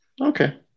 Okay